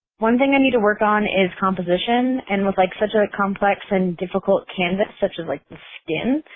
one thing i need to work on is composition and with like such a complex and difficult canvas such as like the skin.